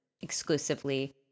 exclusively